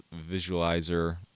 visualizer